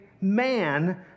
man